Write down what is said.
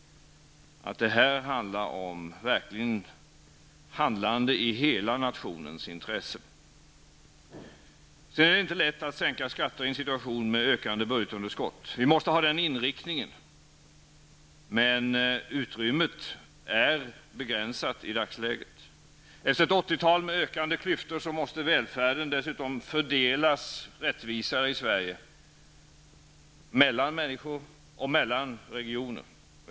Här rör det sig verkligen om ett handlande i hela nationens intresse. Det är inte lätt att sänka skatter i en situation med ökande budgetunderskott, men vi måste ha den inriktningen. Utrymmet är dock begränsat i dagsläget. Efter 80-talet med ökande klyftor måste välfärden dessutom fördelas rättvisare i Sverige både mellan människor och mellan regioner.